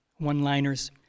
one-liners